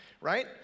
right